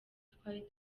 twari